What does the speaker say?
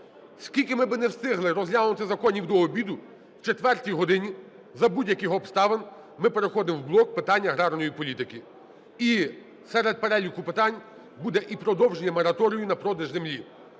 Скільки ми би не встигли розглянути законів до обіду, о четвертій годині за будь-яких обставин ми переходимо в блок питань аграрної політики. І серед переліку питань буде і продовження мораторію на продаж землі.